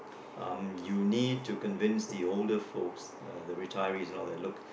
um you need to convince the older folks uh the retirees and all that look